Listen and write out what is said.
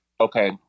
okay